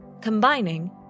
combining